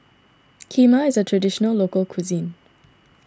Kheema is a Traditional Local Cuisine